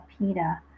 PETA